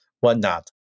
whatnot